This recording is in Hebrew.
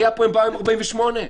הם באו עם 48 שעות,